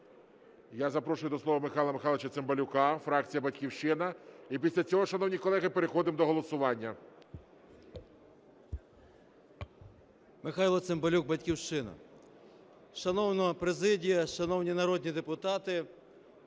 Я запрошую до слова Михайла Михайловича Цимбалюка, фракція "Батьківщина". І після цього, шановні колеги, переходимо до голосування. 13:05:58 ЦИМБАЛЮК М.М. Михайло Цимбалюк, "Батьківщина". Шановна президія, шановні народні депутати!